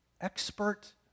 expert